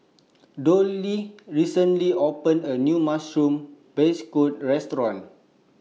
Dollye recently opened A New Mushroom Beancurd Restaurant